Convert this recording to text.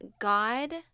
God